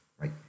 right